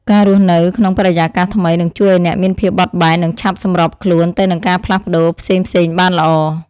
ការរស់នៅក្នុងបរិយាកាសថ្មីនឹងជួយឱ្យអ្នកមានភាពបត់បែននិងឆាប់សម្របខ្លួនទៅនឹងការផ្លាស់ប្តូរផ្សេងៗបានល្អ។